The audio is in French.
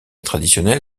traditionnel